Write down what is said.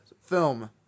film